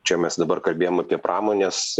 čia mes dabar kalbėjom apie pramonės